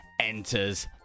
enters